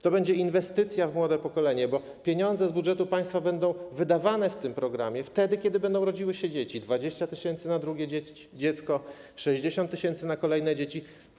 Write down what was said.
To będzie inwestycja w młode pokolenie, bo pieniądze z budżetu państwa będą wydawane w tym programie wtedy, kiedy będą rodziły się dzieci: 20 tys. na drugie dziecko, po 60 tys. na kolejne dzieci.